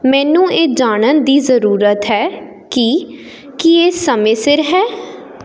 ਮੈਨੂੰ ਇਹ ਜਾਣਨ ਦੀ ਜ਼ਰੂਰਤ ਹੈ ਕਿ ਕੀ ਇਹ ਸਮੇਂ ਸਿਰ ਹੈ